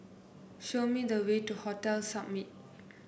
show me the way to Hotel Summit